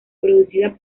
producida